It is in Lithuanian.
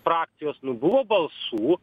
frakcijos nu buvo balsų